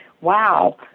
wow